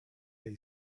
they